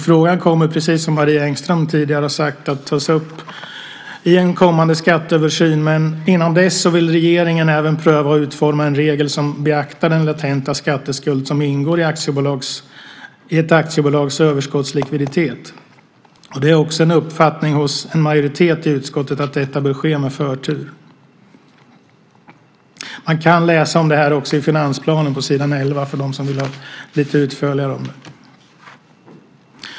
Frågan kommer, precis som Marie Engström tidigare sagt, att tas upp i en kommande skatteöversyn, men dessförinnan vill regeringen även pröva att utforma en regel som beaktar den latenta skatteskuld som ingår i ett aktiebolags överskottslikviditet. Det är också uppfattningen hos en majoritet i utskottet att detta bör ske med förtur. Man kan läsa om detta lite utförligare i finansplanen på s. 11. Herr talman!